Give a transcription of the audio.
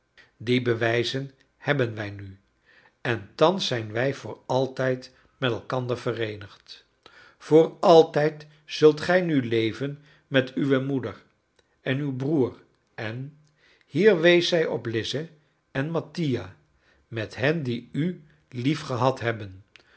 die bewijzen hebben wij nu en thans zijn wij voor altijd met elkander vereenigd voor altijd zult gij nu leven met uwe moeder en uw broer en hier wees zij op lize en mattia met hen die u liefgehad hebben